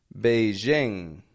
Beijing